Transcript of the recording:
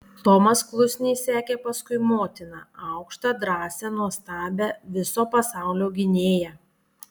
tomas klusniai sekė paskui motiną aukštą drąsią nuostabią viso pasaulio gynėją